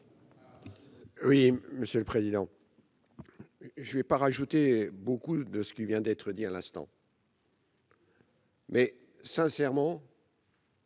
Oui, monsieur le président, je ne vais pas rajouter beaucoup de ce qui vient d'être dit à l'instant. Mais sincèrement.